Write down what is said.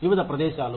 వివిధ ప్రదేశాలు